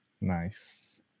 Nice